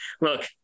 look